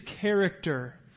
character